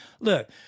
Look